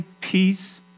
peace